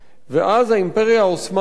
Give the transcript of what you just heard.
ואז האימפריה העות'מאנית,